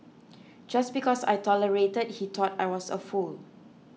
just because I tolerated he thought I was a fool